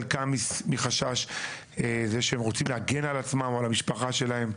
חלקם מחשש שהם רוצים להגן על עצמם או על המשפחה שלהם.